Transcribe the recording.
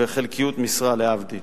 וחלקיות משרה, להבדיל,